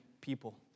people